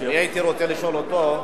אני הייתי רוצה לשאול אותו,